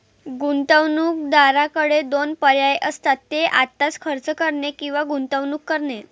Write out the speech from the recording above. गुंतवणूकदाराकडे दोन पर्याय असतात, ते आत्ताच खर्च करणे किंवा गुंतवणूक करणे